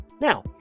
Now